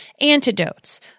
antidotes